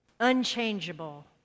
Unchangeable